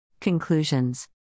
Conclusions